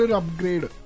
upgrade